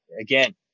again